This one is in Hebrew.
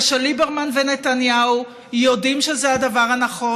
זה שליברמן ונתניהו יודעים שזה הדבר הנכון,